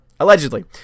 Allegedly